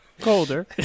colder